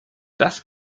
das